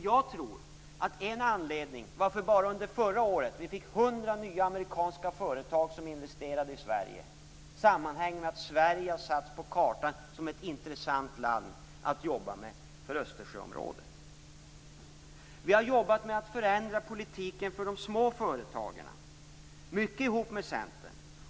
Förra året var det 100 nya amerikanska företag som investerade i Sverige. Det sammanhänger med att Sverige har satts på kartan som ett intressant land att jobba i när det gäller Östersjöområdet. Vi har jobbat med att förändra politiken för de små företagarna, och det har vi gjort mycket ihop med Centern.